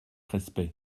respect